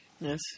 Yes